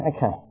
Okay